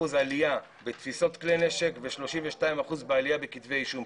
עלייה בתפיסות כלי נשק ו-32% עלייה בכתבי אישום,